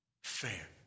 fair